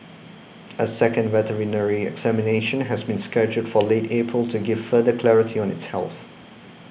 a second veterinary examination has been scheduled for late April to give further clarity on its health